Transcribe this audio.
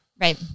Right